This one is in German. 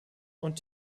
und